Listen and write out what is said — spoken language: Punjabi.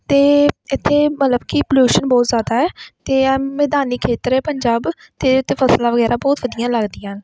ਅਤੇ ਇੱਥੇ ਮਤਲਬ ਕਿ ਪਲਿਊਸ਼ਨ ਬਹੁਤ ਜ਼ਿਆਦਾ ਹੈ ਅਤੇ ਆਹ ਮੈਦਾਨੀ ਖੇਤਰ ਹੈ ਪੰਜਾਬ ਅਤੇ ਇੱਥੇ ਫ਼ਸਲਾਂ ਵਗੈਰਾ ਬਹੁਤ ਵਧੀਆ ਲੱਗਦੀਆਂ ਹਨ